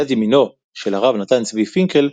יד ימינו של הרב נתן צבי פינקל,